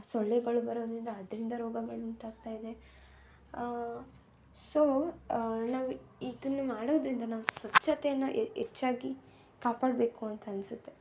ಸೊಳ್ಳೆಗಳು ಬರೋದರಿಂದ ಅದರಿಂದ ರೋಗಗಳು ಉಂಟಾಗ್ತಾಯಿದೆ ಸೊ ನಾವು ಇದನ್ನು ಮಾಡೋದರಿಂದ ನಾವು ಸ್ವಚ್ಛತೆಯನ್ನು ಹೆಚ್ಚಾಗಿ ಕಾಪಾಡಬೇಕು ಅಂತ ಅನಿಸುತ್ತೆ